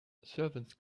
servants